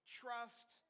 trust